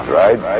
right